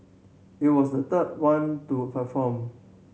it was the third one to perform